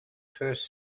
first